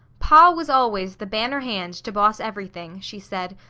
pa was always the banner hand to boss everything, she said.